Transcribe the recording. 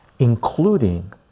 Including